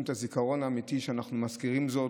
את הזיכרון האמיתי כשאנחנו מזכירים זאת.